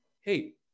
hey